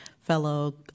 fellow